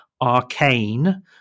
Arcane